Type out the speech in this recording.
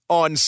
on